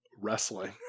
Wrestling